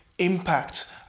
impact